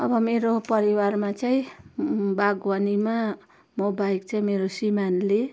अब मेरो परिवारमा चाहिँ बागवानीमा म बाहेक चाहिँ मेरो श्रीमानले